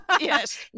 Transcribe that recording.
Yes